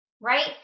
right